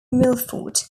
milford